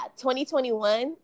2021